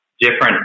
different